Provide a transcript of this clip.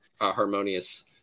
harmonious